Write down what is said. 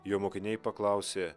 jo mokiniai paklausė